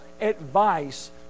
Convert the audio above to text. advice